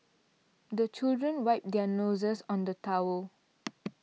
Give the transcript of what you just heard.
the children wipe their noses on the towel